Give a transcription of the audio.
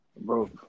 Bro